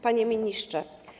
Panie Ministrze!